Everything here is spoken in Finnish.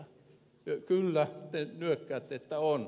kyllä te nyökkäätte että on